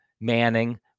Manning